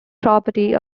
property